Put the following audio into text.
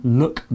look